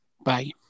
bye